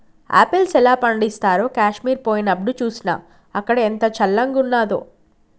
apples ఎలా పండిస్తారో కాశ్మీర్ పోయినప్డు చూస్నా, అక్కడ ఎంత చల్లంగున్నాదో